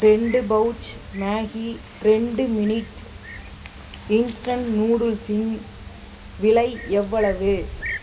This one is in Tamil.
ரெண்டு பவுச் மேகி ரெண்டு மினிட் இன்ஸ்டண்ட் நூடுல்ஸின் விலை எவ்வளவு